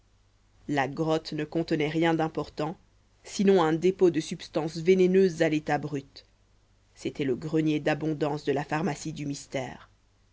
la grotte ne contenait rien d'important sinon un dépôt de substances vénéneuses à l'état brut c'était le grenier d'abondance de la pharmacie du mystère